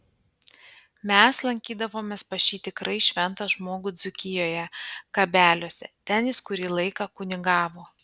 mes lankydavomės pas šį tikrai šventą žmogų dzūkijoje kabeliuose ten jis kurį laiką kunigavo